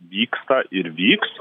vyksta ir vyks